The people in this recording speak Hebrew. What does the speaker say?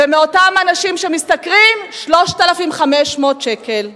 מאותם אנשים שמשתכרים 3,500 שקל.